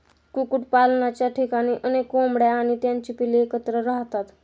कुक्कुटपालनाच्या ठिकाणी अनेक कोंबड्या आणि त्यांची पिल्ले एकत्र राहतात